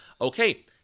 okay